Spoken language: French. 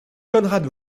konrad